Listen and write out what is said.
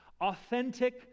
Authentic